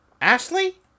Ashley